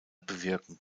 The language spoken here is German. bewirken